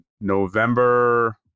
November